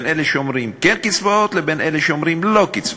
בין אלה שאומרים "כן קצבאות" לבין אלה שאומרים "לא קצבאות".